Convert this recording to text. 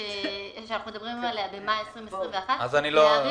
שאנחנו מדברים עליה במאי 2021 להאריך